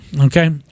Okay